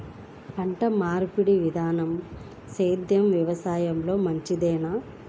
పంటమార్పిడి విధానము సేంద్రియ వ్యవసాయంలో మంచిదేనా?